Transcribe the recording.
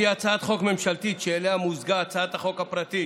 שהיא הצעת חוק ממשלתית שאליה מוזגה הצעת החוק הפרטית